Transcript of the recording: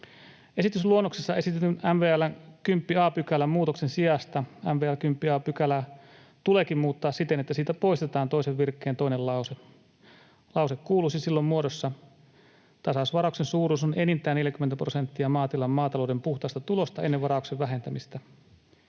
Esitysluonnoksessa esitetyn MVL:n 10 a §:n muutoksen sijasta MVL 10 a §:ää tuleekin muuttaa siten, että siitä poistetaan toisen virkkeen toinen lause. Lause kuuluisi silloin muodossa: ”Tasausvarauksen suuruus on enintään 40 prosenttia maatilan maatalouden puhtaasta tulosta ennen varauksen vähentämistä.”